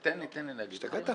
השתגעת?